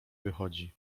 wychodzi